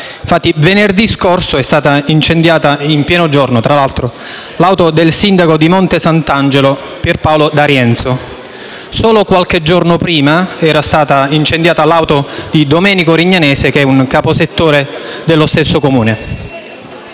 Foggia. Venerdì scorso è stata incendiata, tra l'altro in pieno giorno, l'auto del sindaco di Monte Sant'Angelo, Pierpaolo D'Arienzo. Solo qualche giorno prima era stata incendiata l'auto di Domenico Rignanese, caposettore dello stesso Comune.